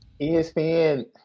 ESPN